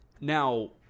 Now